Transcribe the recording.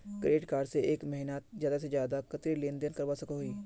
Credit card से एक महीनात ज्यादा से ज्यादा कतेरी लेन देन करवा सकोहो ही?